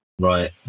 Right